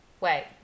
Wait